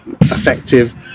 effective